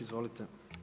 Izvolite.